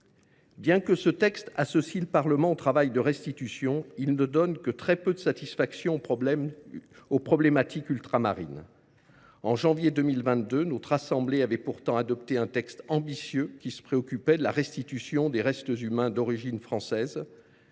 Bien que ce texte associe le Parlement au travail de restitution, il ne donne que très peu satisfaction aux demandes ultramarines. En janvier 2022, notre assemblée avait pourtant adopté un texte ambitieux qui se préoccupait de la restitution des restes humains d’origine française.